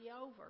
over